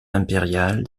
impériale